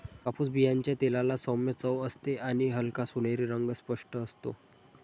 कापूस बियांच्या तेलाला सौम्य चव असते आणि हलका सोनेरी रंग स्पष्ट असतो